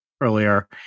earlier